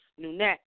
nunet